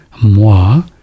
moi